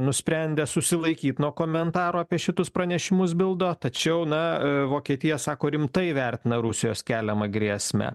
nusprendė susilaikyt nuo komentaro apie šitus pranešimus bildo tačiau na a vokietija sako rimtai vertina rusijos keliamą grėsmę